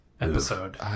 episode